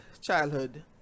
childhood